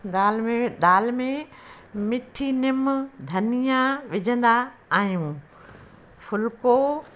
दाल में दाल में मिठी निम धनिया विझंदा आहियूं फुलको